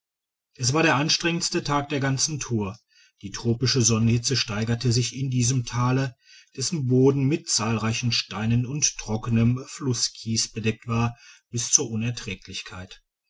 es war der anstrengendste tag der ganzen tour die tropische sonnenhitze steigerte sich in diesem thale dessen boden mit zahlereichen steinen und trockenem flusskies bedeckt war bis zur unträglichkeit